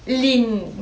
lean